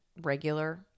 regular